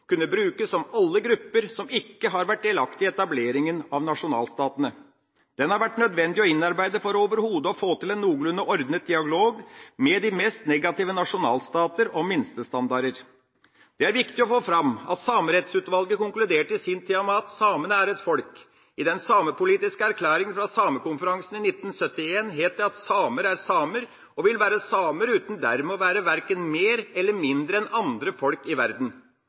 kunne brukes om alle grupper som ikke har vært delaktige i etableringa av nasjonalstatene. Den har vært nødvendig å innarbeide for overhodet å få til en noenlunde ordnet dialog med de mest negative nasjonalstater om minstestandarder. Det er viktig å få fram at Samerettsutvalget i sin tid konkluderte med at samene er et folk. I den samepolitiske erklæringa fra samekonferansen i 1971 het det at samer er samer og vil være samer uten dermed å være verken mer eller mindre enn andre folk i verden.